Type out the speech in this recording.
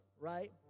right